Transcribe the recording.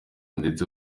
ndetse